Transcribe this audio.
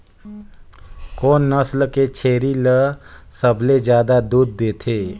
कोन नस्ल के छेरी ल सबले ज्यादा दूध देथे?